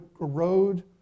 erode